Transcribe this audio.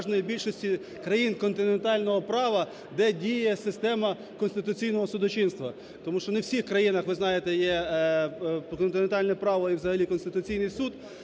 переважної більшості країн континентального права, де діє система конституційного судочинства. Тому що не в усіх країнах, ви знаєте, є континентальне право і взагалі Конституційний Суд.